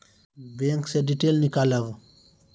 Bank से detail नीकालव?